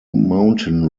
mountain